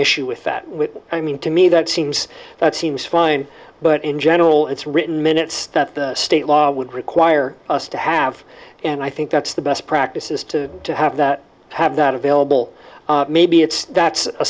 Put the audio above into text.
issue with that i mean to me that seems that seems fine but in general it's written minutes that the state law would require us to have and i think that's the best practice is to to have that have that available maybe it's that's a